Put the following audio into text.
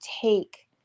take